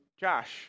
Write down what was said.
Josh